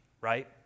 right